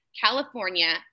California